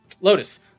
Lotus